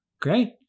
great